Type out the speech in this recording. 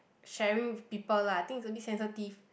sharing with people lah I think is a bit sensitive